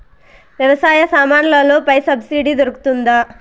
వ్యవసాయ సామాన్లలో పై సబ్సిడి దొరుకుతుందా?